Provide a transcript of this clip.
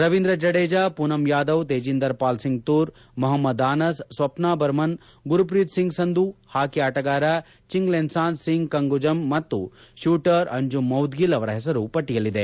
Ravindra Jadeja Poonam Yadav Tejinder Pal Singh Toor Mohammad Anas Swapna Barman Gurpreet Singh Sandhu hockey ಆಟಗಾರ ಚಿಂಗ್ಲೆನ್ಸಾನ ಸಿಂಗ್ ಕಂಗುಜಮ್ ಮತ್ತು shooter Anjum Moudgil ಅವರ ಹೆಸರು ಪಟ್ಟಿಯಲ್ಲಿದೆ